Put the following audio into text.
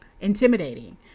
intimidating